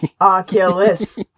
Oculus